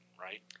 right